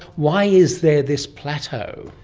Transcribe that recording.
why is there this plateau?